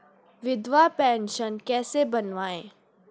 विधवा पेंशन कैसे बनवायें?